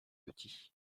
petit